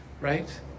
right